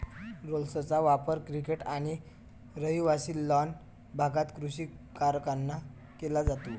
रोलर्सचा वापर क्रिकेट आणि रहिवासी लॉन भागात कृषी कारणांसाठी केला जातो